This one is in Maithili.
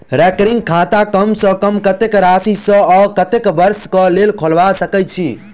रैकरिंग खाता कम सँ कम कत्तेक राशि सऽ आ कत्तेक वर्ष कऽ लेल खोलबा सकय छी